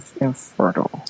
infertile